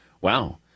wow